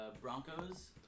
Broncos